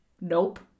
Nope